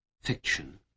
fiction